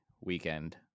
weekend